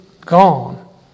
gone